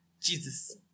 Jesus